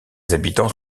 habitants